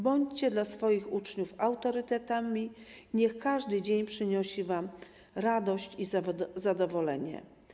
Bądźcie dla swoich uczniów autorytetami, niech każdy dzień przynosi wam radość i zadowolenie.